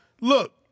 Look